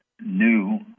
new